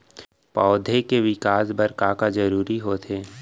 पौधे के विकास बर का का जरूरी होथे?